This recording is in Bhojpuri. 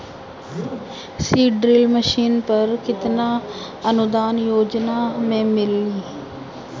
सीड ड्रिल मशीन पर केतना अनुदान योजना में मिली?